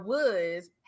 Woods